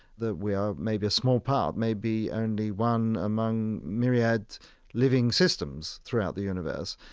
that we are maybe a small part, maybe only one among myriad living systems throughout the universe.